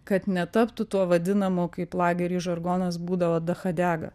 kad netaptų tuo vadinamu kaip lagery žargonas būdavo dachadiaga